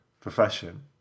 profession